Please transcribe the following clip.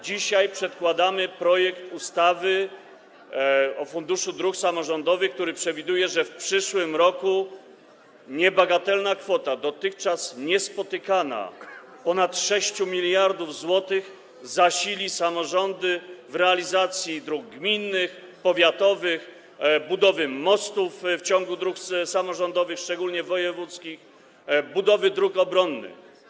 Dzisiaj przedkładamy projekt ustawy o Funduszu Dróg Samorządowych, który przewiduje, że w przyszłym roku niebagatelna, dotychczas niespotykana kwota ponad 6 mld zł zasili samorządy w zakresie realizacji dróg gminnych, powiatowych, budowy mostów w ciągu dróg samorządowych, szczególnie wojewódzkich, budowy dróg obronnych.